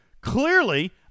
Clearly